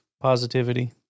positivity